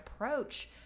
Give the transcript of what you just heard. approach